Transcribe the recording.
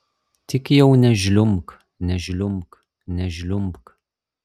tik jau nežliumbk nežliumbk nežliumbk